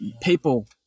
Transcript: people